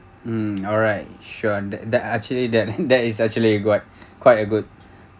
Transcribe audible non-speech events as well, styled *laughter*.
mm *noise* alright sure that that actually that *laughs* that is actually quite *breath* quite a good